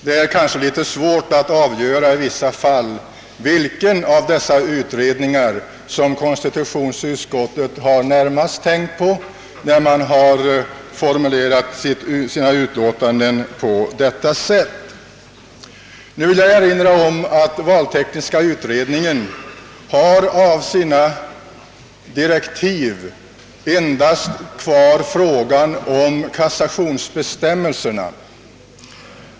I vissa fall är det litet svårt att avgöra vilken av dessa utredningar som konstitutionsutskottet närmast har avsett, när utskottet har formulerat sina utlåtanden på sätt som skett. Jag vill emellertid erinra om att valtekniska utredningen av sina direktiv endast har kvar frågan om kassationsbestämmelserna.